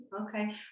okay